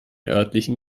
örtlichen